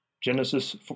Genesis